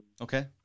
okay